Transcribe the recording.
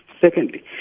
Secondly